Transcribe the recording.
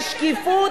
משקיפות?